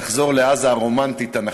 תחזור לעזה הרומנטית-תנ"כית,